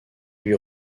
lui